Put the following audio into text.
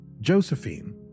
Josephine